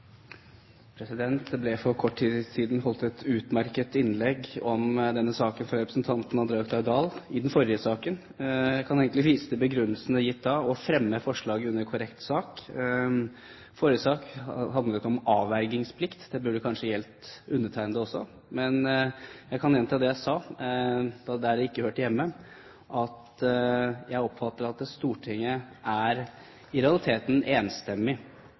i den forrige saken, og fremmer forslaget under korrekt sak. Forrige sak handlet om avvergingsplikt – det burde kanskje gjelde undertegnede også. Men jeg kan gjenta det jeg sa der det ikke hørte hjemme, at jeg oppfatter at Stortinget i realiteten er enstemmig